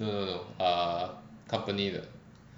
no no no err company 的